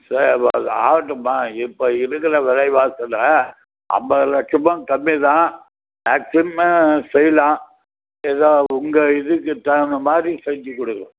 சரி ஓகே ஆகட்டும்மா இப்போ இருக்கிற விலைவாசில ஐம்பது லட்சமும் கம்மி தான் மேக்ஸிமம் செய்யலாம் எதோ உங்கள் இதுக்கு தவுந்தமாதிரி செஞ்சு கொடுங்க